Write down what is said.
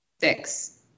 Six